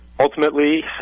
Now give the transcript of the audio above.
Ultimately